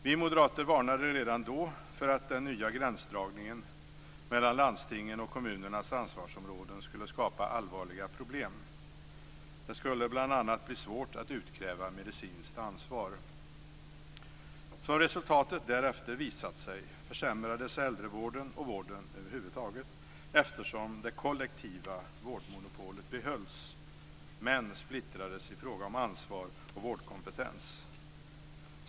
Vi moderater varnade redan då för att den nya gränsdragningen mellan landstingens och kommunernas ansvarsområden skulle skapa allvarliga problem. Det skulle bl.a. bli svårt att utkräva medicinskt ansvar. Som resultatet därefter visat försämrades äldrevården och vården över huvud taget eftersom det kollektiva vårdmonopolet behölls - men splittrades i fråga om ansvar och vårdkompetens.